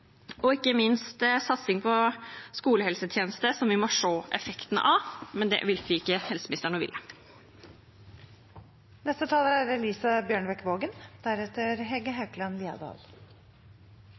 og ikke minst satsing på skolehelsetjeneste, som vi må se effekten av, men det virker ikke som helseministeren